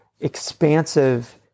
expansive